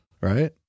right